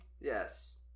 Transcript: Yes